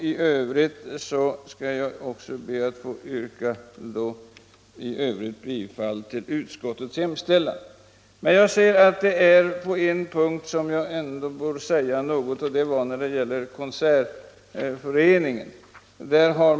I övrigt ber jag att få yrka bifall till utskottets hemställan. På ytterligare en punkt vill jag säga några ord — det gäller Konsertföreningen i Stockholm.